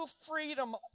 freedom